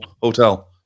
hotel